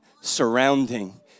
surrounding